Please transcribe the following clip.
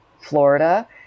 Florida